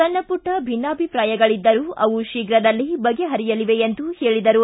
ಸಣ್ಣ ಮಟ್ಟ ಭಿನ್ನಾಭಿಪ್ರಾಯಗಳಿದ್ದರೂ ಅವು ಶೀಘ್ರದಲ್ಲೇ ಬಗೆಹರಿಯಲಿವೆ ಎಂದು ಹೇಳಿದರು